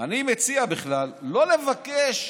אני מציע בכלל לא לבקש,